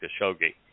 Khashoggi